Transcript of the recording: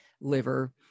liver